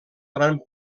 gran